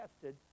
tested